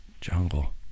Jungle